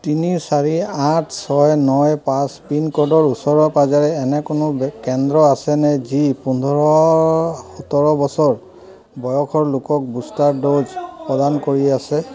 তিনি চাৰি আঠ ছয় ন পাঁচ পিনক'ডৰ ওচৰে পাঁজৰে এনে কোনো বে কেন্দ্ৰ আছেনে যি পোন্ধৰ সোতৰ বছৰ বয়সৰ লোকক বুষ্টাৰ ড'জ প্ৰদান কৰি আছে